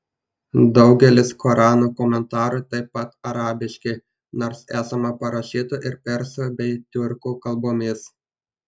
daugelis korano komentarų taip pat arabiški nors esama parašytų ir persų bei tiurkų kalbomis